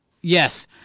Yes